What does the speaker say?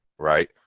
right